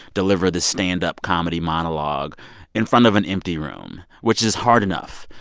deliver the standup comedy monologue in front of an empty room, which is hard enough.